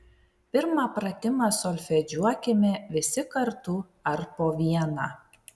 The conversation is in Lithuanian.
pirmą pratimą solfedžiuokime visi kartu ar po vieną